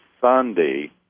Sunday